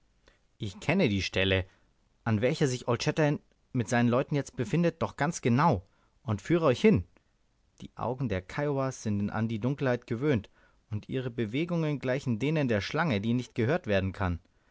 ich kenne die stelle an welcher sich old shatterhand mit seinen leuten jetzt befindet doch ganz genau und führe euch hin die augen der kiowas sind an die dunkelheit gewöhnt und ihre bewegungen gleichen denen der schlange die nicht gehört werden kann